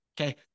okay